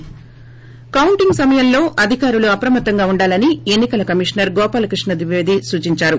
ి కౌంటింగ్ సమయంలో అధికారులు అప్రమత్తంగా ఉండాలని ఎన్ని కల కమిషనర్ గోపాల కృష్ణ ద్విపేది సూచించారు